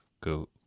go